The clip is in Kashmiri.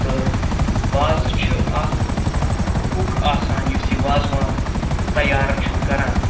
تہٕ وازٕ چھِ اَکھ کُک آسان یُس یہِ وازوان تیار چھُ کَران